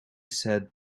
said